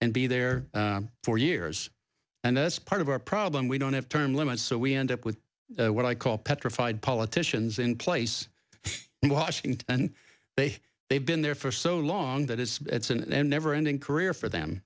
and be there for years and that's part of our problem we don't have term limits so we end up with what i call petrified politicians in place in washington and they they've been there for so long that it's and never ending career for them